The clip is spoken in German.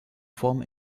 form